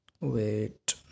wait